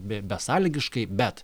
be besąlygiškai bet